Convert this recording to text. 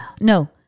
No